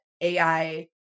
AI